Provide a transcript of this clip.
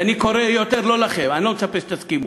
ואני קורא, לא לכם, אני לא מצפה שתסכימו,